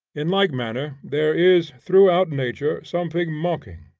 in like manner, there is throughout nature something mocking,